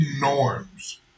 norms